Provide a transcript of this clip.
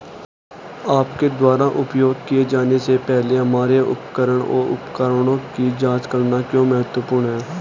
आपके द्वारा उपयोग किए जाने से पहले हमारे उपकरण और उपकरणों की जांच करना क्यों महत्वपूर्ण है?